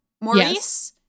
maurice